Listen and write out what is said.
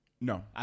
No